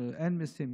אין מיסים,